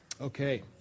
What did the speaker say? Okay